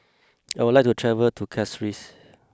I would like to travel to Castries